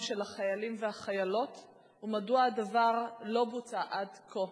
של החיילים והחיילות ומדוע הדבר לא בוצע עד כה?